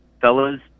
fellas